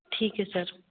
ਠੀਕ ਹੈ ਸਰ